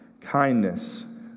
kindness